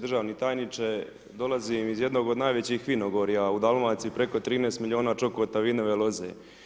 Državni tajniče, dolazim iz jednog od najvećih vinogorja u Dalmaciji, preko 13 milijuna čokota vinove loze.